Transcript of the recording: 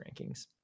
rankings